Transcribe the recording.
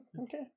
okay